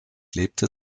lebte